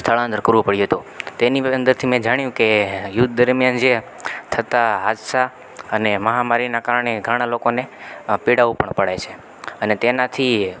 સ્થળાંતર કરવું પડ્યું હતું તેની અંદરથી મેં જાણ્યું કે યુદ્ધ દરમિયાન જે થતાં હાદસા અને મહામારીના કારણે ઘણા લોકોને પીડાવું પણ પડે છે તેનાથી